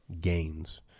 gains